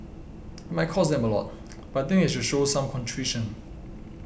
it might cost them a lot but think they should show some contrition